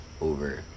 over